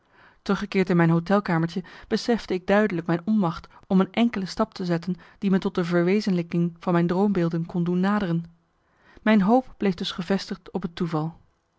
teruggekeerd in mijn hôtelkamertje besefte ik duidelijk mijn onmacht om een enkele stap te zetten die me tot de verwezenlijking van mijn droombeelden kon doen naderen mijn hoop bleef dus gevestigd op het toeval